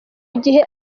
gihe